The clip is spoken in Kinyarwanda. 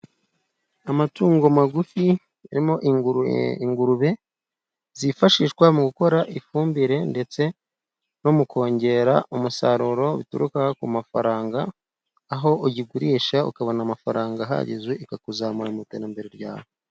Amatungo magufi arimo ingurube zifashishwa mu gukora ifumbire ndetse no mu kongera umusaruro bituruka ku mafaranga; aho uyigurisha ukabona amafaranga ahagije ikakuzamura mu iterambere ryawe.